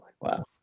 wow